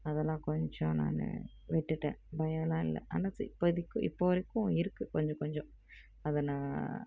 அதெல்லாம் கொஞ்சம் நான் விட்டுட்டேன் பயமெல்லாம் இல்லை ஆனால் இப்போதைக்கி இப்போது வரைக்கும் இருக்கு கொஞ்சம் கொஞ்சம் அதை நான்